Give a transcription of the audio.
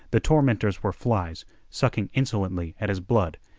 the tormentors were flies sucking insolently at his blood,